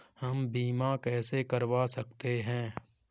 हम बीमा कैसे करवा सकते हैं?